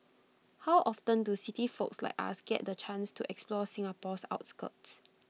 how often do city folks like us get the chance to explore Singapore's outskirts